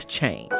change